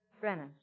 Brennan